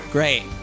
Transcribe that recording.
Great